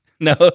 No